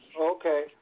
okay